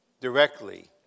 directly